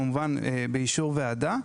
באישור ועדה,